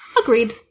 Agreed